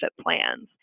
plans